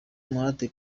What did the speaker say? umuhate